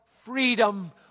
freedom